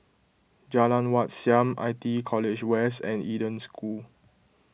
Jalan Wat Siam I T E College West and Eden School